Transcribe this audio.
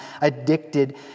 addicted